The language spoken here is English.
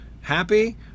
happy